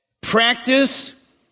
practice